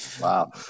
Wow